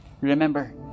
Remember